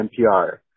NPR